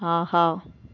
ஆஹா